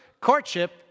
courtship